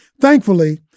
Thankfully